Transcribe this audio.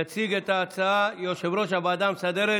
יציג את ההצעה יושב-ראש הוועדה המסדרת